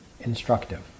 instructive